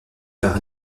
par